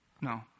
No